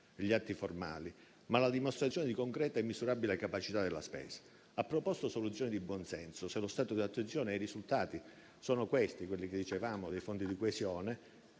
e gli atti formali, ma occorre la anche dimostrazione di concreta e misurabile capacità di spesa. Ha proposto soluzioni di buon senso sullo stato di attuazione e i risultati sono - quelli che dicevamo - dei fondi di coesione.